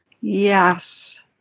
Yes